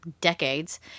decades